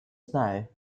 snow